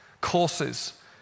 courses